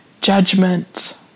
judgment